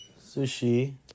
Sushi